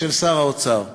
של שר האוצר.